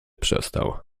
przestał